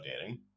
dating